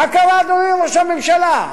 מה קרה, אדוני ראש הממשלה?